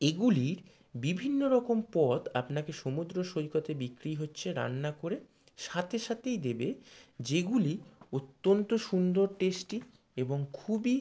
এগুলির বিভিন্ন রকম পদ আপনাকে সমুদ্র সৈকতে বিক্রি হচ্ছে রান্না করে সাথে সাথেই দেবে যেগুলি অত্যন্ত সুন্দর টেস্টি এবং খুবই